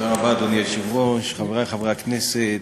אדוני היושב-ראש, תודה רבה, חברי חברי הכנסת,